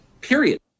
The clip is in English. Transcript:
period